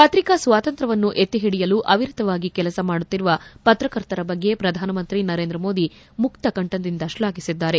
ಪತ್ರಿಕಾ ಸ್ವಾತಂತ್ರ್ಯವನ್ನು ಎತ್ತಿ ಓಡಿಯಲು ಅವಿರತವಾಗಿ ಕೆಲಸ ಮಾಡುತ್ತಿರುವ ಪತ್ರಕರ್ತರ ಬಗ್ಗೆ ಪ್ರಧಾನಮಂತ್ರಿ ನರೇಂದ್ರ ಮೋದಿ ಮುಕ್ತ ಕಂಠದಿಂದ ಶ್ಲಾಘಿಸಿದ್ದಾರೆ